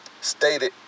stated